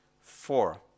four